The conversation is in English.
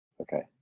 Okay